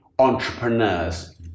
entrepreneurs